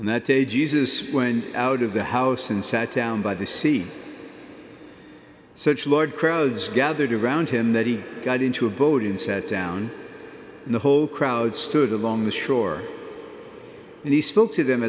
and that day jesus went out of the house and sat down by the sea such large crowds gathered around him that he got into a boat and sat down and the whole crowd stood along the shore and he spoke to them